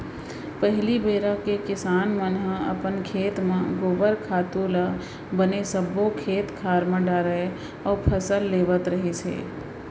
पहिली बेरा के किसान मन ह अपन खेत म गोबर खातू ल बने सब्बो खेत खार म डालय अउ फसल लेवत रिहिस हे